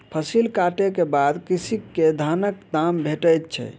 फसिल कटै के बाद कृषक के धानक दाम भेटैत छै